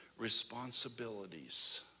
responsibilities